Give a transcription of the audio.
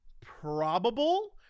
probable